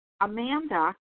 Amanda